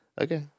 Okay